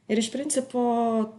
ir iš principo